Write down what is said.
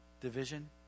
division